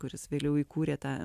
kuris vėliau įkūrė tą